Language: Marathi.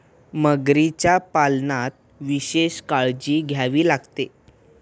मगरीच्या पालनात विशेष काळजी घ्यावी लागते